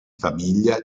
famiglia